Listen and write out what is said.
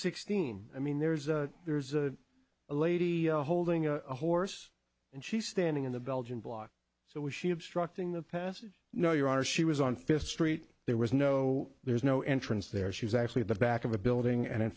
sixteen i mean there's a there's a lady holding a horse and she's standing in the belgian block so was she obstructing the passage no your honor she was on fifth street there was no there's no entrance there she was actually at the back of the building and in